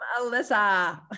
Alyssa